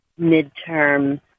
midterm